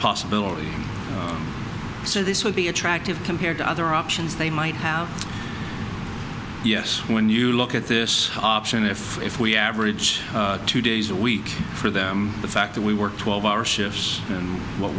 possibility so this would be attractive compared to other options they might have yes when you look at this option if if we average two days a week for them the fact that we work twelve hour shifts and what